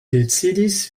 decidis